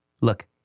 look